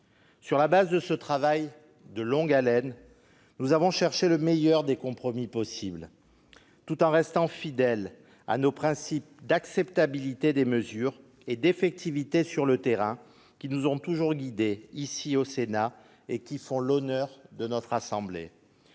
Sur la base de ce travail de longue haleine, nous avons cherché le meilleur compromis possible tout en restant fidèles aux principes d'acceptabilité des mesures et d'effectivité sur le terrain, qui nous ont toujours guidés au Sénat et qui font l'honneur de la Haute Assemblée.